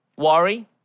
Worry